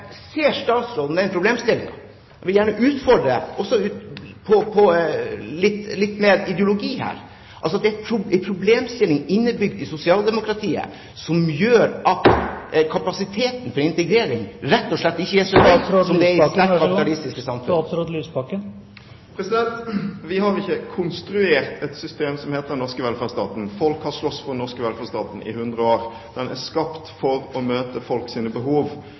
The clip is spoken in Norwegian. Ser statsråden denne problemstillingen? Jeg vil gjerne utfordre ham på litt mer ideologi her. Det er en problemstilling innebygd i sosialdemokratiet som gjør at kapasiteten for integrering rett og slett ikke er så høy som i sterkt kapitalistiske samfunn. Vi har ikke konstruert et system som heter den norske velferdsstaten. Folk har slåss for den norske velferdsstaten i hundre år, den er skapt for å møte folks behov.